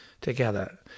together